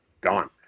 gone